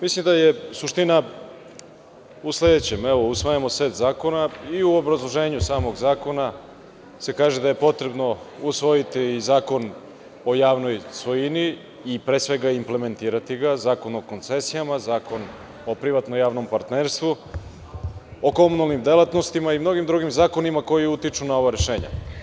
Mislim da je suština u sledećem, evo, usvajamo set zakona i u obrazloženju samog zakona se kaže da je potrebno usvojiti zakon o javnoj svojini i pre svega implementirati ga, zakon o koncesijama, zakon o privatno-javnom partnerstvu, o komunalnim delatnostima i mnogim drugim zakonima koji utiču na ova rešenja.